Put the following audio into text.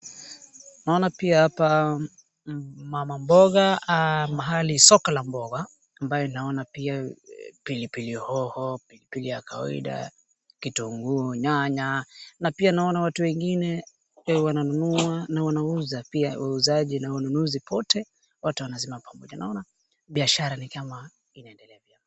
Naona pia hapa mama mboga, soko la mama mboga ambayo naona pia pilipili hoho, pilipili ya kawaida ,kitunguu, nyanya, na pia naona watu wengine wananunua na wanauza ,pia wauzaji na wanunuzi wote wanazima pamoja, naona biashara ni kama inaendelea vyema.